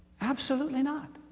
absolutely not.